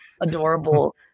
adorable